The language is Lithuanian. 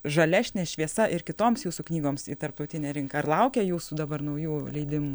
žalešnė šviesa ir kitoms jūsų knygoms į tarptautinę rinką ar laukia jūsų dabar naujų leidimų